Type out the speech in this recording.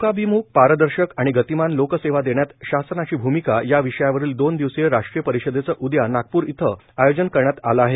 लोकाभिमुख पारदर्शक आणि गतिमान लोकसेवा देण्यात शासनाची भूमिका या विषयावरील दोन दिवसीय राष्ट्रीय परिषदेचे उदयापासून नागपूर इथं आयोजन करण्यात आले आहे